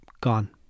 Gone